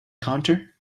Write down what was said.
counter